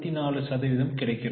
24 சதவீதம் கிடைக்கிறது